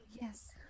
yes